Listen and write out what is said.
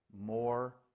more